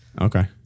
okay